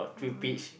a'ah